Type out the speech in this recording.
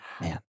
man